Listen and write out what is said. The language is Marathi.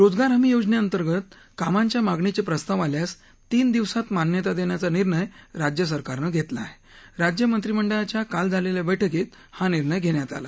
रोजगार हमी योजनक्सिर्गत कामांच्या मागणीच विस्ताव आल्यास तीन दिवसात मान्यता दक्षिाचा निर्णय राज्य सरकारनं घक्तिग आहक राज्य मंत्रिमंडळाच्या काल झालख्या बैठकीत हा निर्णय घघ्यात आला